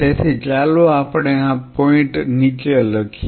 તેથી ચાલો આપણે આ પોઈન્ટ નીચે લખીએ